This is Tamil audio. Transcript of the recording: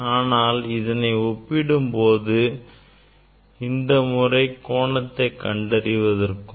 ஆனால் அதனை ஒப்பிடும்போது இந்த முறை கோணத்தை கண்டறிவதற்கும்